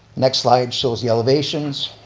next slide shows the elevations.